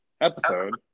episode